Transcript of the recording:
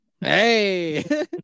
hey